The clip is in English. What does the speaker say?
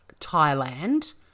Thailand